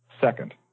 second